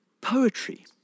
poetry